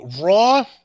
Raw